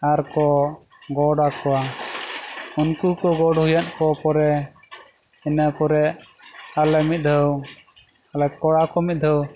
ᱟᱨᱠᱚ ᱜᱚᱰ ᱟᱠᱚᱣᱟ ᱩᱱᱠᱩ ᱠᱚ ᱜᱚᱰ ᱦᱩᱭᱟᱫ ᱠᱚ ᱯᱚᱨᱮ ᱤᱱᱟᱹ ᱯᱚᱨᱮ ᱟᱞᱮ ᱢᱤᱫ ᱫᱷᱟᱣ ᱟᱞᱮ ᱠᱚᱲᱟᱠᱚ ᱢᱤᱫ ᱫᱷᱟᱣ